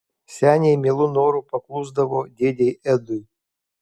seniai mielu noru paklusdavo dėdei edui